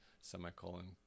semicolon